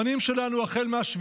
הבנים שלנו החל מ-7